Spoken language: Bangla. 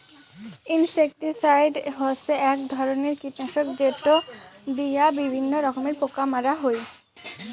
ইনসেক্টিসাইড হসে এক ধরণের কীটনাশক যেটো দিয়া বিভিন্ন রকমের পোকা মারা হই